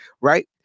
right